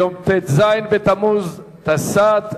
ביום ט"ז בתמוז התשס"ט,